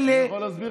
אני יכול להסביר לך?